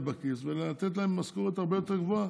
בכיס ולתת להם משכורת הרבה יותר גבוהה,